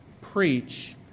preach